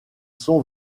sont